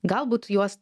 galbūt juos